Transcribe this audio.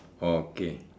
oh K